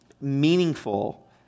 meaningful